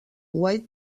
white